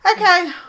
Okay